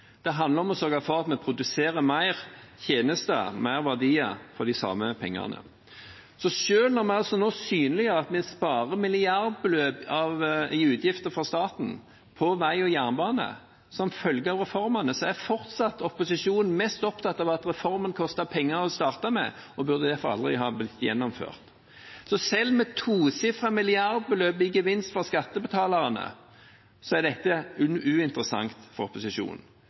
Det handler om å sørge for at vi produserer mer tjenester og mer verdier for de samme pengene. Selv om vi nå synliggjør at vi sparer milliardbeløp i utgifter for staten på vei og jernbane som følge av reformen, er opposisjonen fortsatt mest opptatt av at reformen koster penger i starten og derfor aldri burde ha blitt gjennomført. Selv med et tosifret milliardbeløp i gevinst for skattebetalerne er dette uinteressant for opposisjonen.